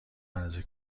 اندازه